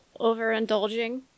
overindulging